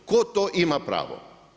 Tko to ima pravo?